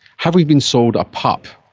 have we been sold a pup,